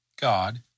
God